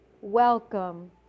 welcome